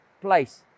place